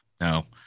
No